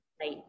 Right